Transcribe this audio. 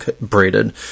braided